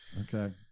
Okay